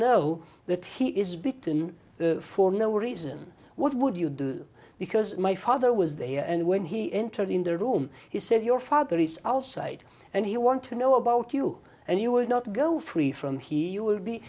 know that he is beaten for no reason what would you do because my father was there and when he entered in the room he said your father is outside and he want to know about you and you will not go free from he will be